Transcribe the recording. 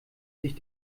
sich